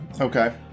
Okay